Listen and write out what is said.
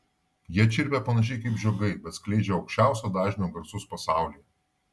jie čirpia panašiai kaip žiogai bet skleidžia aukščiausio dažnio garsus pasaulyje